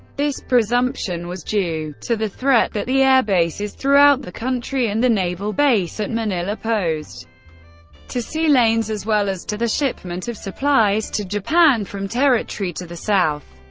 this presumption was due to the threat that the air bases throughout the country and the naval base at manila posed to sea lanes, as well as to the shipment of supplies to japan from territory to the south.